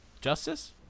Justice